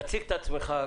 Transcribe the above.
תציג את עצמך.